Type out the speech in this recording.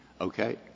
Okay